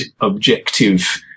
objective